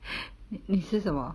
你吃什么